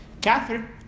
Catherine